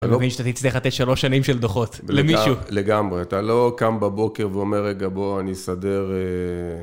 אני לא מבין שאתה תצטרך לתת שלוש שנים של דוחות, למישהו. לגמרי, אתה לא קם בבוקר ואומר, רגע בוא, אני אסדר...